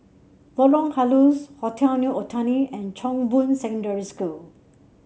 Lorong Halus Hotel New Otani and Chong Boon Secondary School